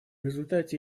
результате